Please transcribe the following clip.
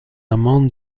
membre